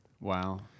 Wow